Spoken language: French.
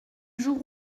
jour